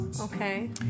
Okay